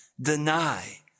Deny